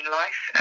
life